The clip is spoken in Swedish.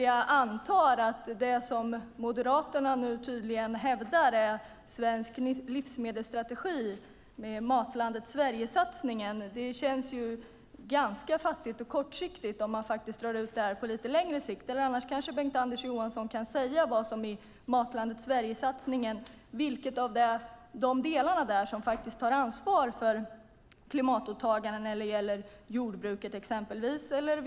Jag antar att det som Moderaterna nu tydligen hävdar är svensk livsmedelsstrategi är Matlandet Sverige-satsningen. Det känns ganska fattigt och kortsiktigt om man drar ut det här på lite längre sikt. Annars kanske Bengt-Anders Johansson kan säga vad i Matlandet Sverige-satsningen som faktiskt tar ansvar för klimatåtagandet när det gäller exempelvis jordbruket.